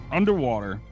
underwater